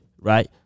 Right